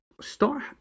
start